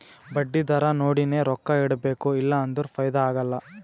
ಬಡ್ಡಿ ದರಾ ನೋಡಿನೆ ರೊಕ್ಕಾ ಇಡಬೇಕು ಇಲ್ಲಾ ಅಂದುರ್ ಫೈದಾ ಆಗಲ್ಲ